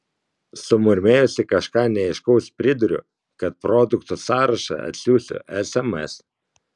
sumurmėjusi kažką neaiškaus priduriu kad produktų sąrašą atsiųsiu sms